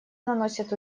наносят